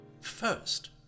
First